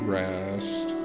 rest